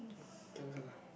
oh cannot curse ah